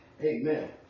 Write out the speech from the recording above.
Amen